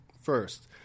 first